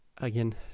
again